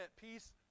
peace